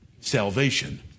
Salvation